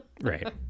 Right